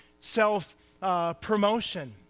self-promotion